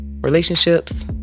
relationships